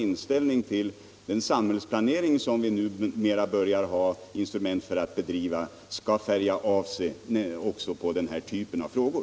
Inställningen till den samhällsplanering som vi nu börjar ha instrument för att bedriva skall färga av sig också på den här typen av frågor.